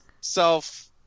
self